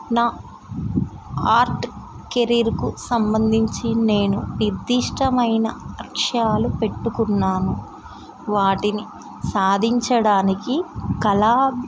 నా ఆర్ట్ కెరీర్కు సంబంధించి నేను నిర్దిష్టమైన లక్ష్యాలు పెట్టుకున్నాను వాటిని సాధించడానికి కళ